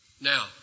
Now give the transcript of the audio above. Now